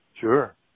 Sure